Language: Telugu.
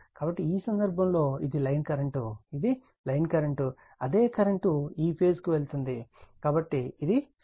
కాబట్టి ఈ సందర్భం లో ఇది లైన్ కరెంట్ ఇది లైన్ కరెంట్ అదే కరెంట్ ఈ ఫేజ్ కు వెళుతోంది కాబట్టి ఇది ఫేజ్ కరెంట్